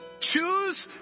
Choose